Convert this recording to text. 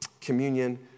communion